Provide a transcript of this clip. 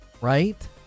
Right